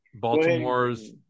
Baltimore's